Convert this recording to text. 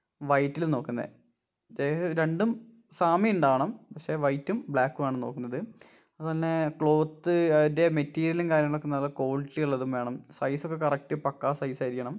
വൈറ്റില് നോക്കുന്നത് ദേ രണ്ടും സാമ്യം ഉണ്ടാകണം പക്ഷേ വൈറ്റും ബ്ലാക്കുവാണ് നോക്കുന്നത് അതുപോലെ തന്നെ ക്ലോത്ത് അതിൻ്റെ മെറ്റീരിയലും കാര്യങ്ങളൊക്ക് നല്ല ക്വാളിറ്റി ഉള്ളതും വേണം സൈസൊക്കെ കറക്റ്റ് പക്കാ സൈസായിരിക്കണം